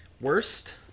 Worst